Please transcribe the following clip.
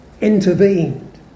intervened